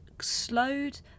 slowed